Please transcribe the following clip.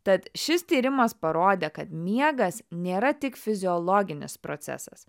tad šis tyrimas parodė kad miegas nėra tik fiziologinis procesas